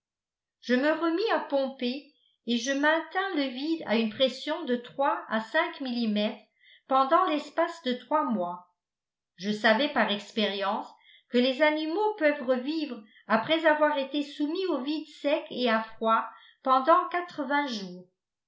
je me remis à pomper et je maintins le vide à une pression de à millimètres pendant l'espace de trois mois je savais par expérience que les animaux peuvent revivre après avoir été soumis au vide sec et à froid pendant quatre-vingts jours